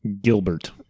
Gilbert